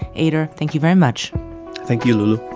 eyder, thank you very much thank you, lulu